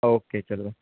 okay चल